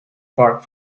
park